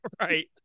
Right